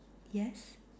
yes